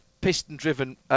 piston-driven